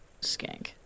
skank